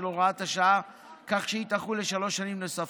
הוראת השעה כך שהיא תחול שלוש שנים נוספות,